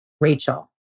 Rachel